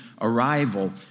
arrival